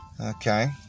okay